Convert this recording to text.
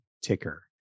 Ticker